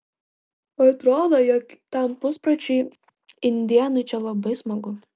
atrodo jog tam puspročiui indėnui čia labai smagu